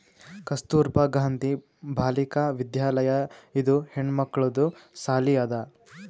ಕಸ್ತೂರ್ಬಾ ಗಾಂಧಿ ಬಾಲಿಕಾ ವಿದ್ಯಾಲಯ ಇದು ಹೆಣ್ಮಕ್ಕಳದು ಸಾಲಿ ಅದಾ